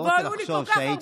והיו לי כל כך הרבה מנכ"ליות,